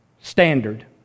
standard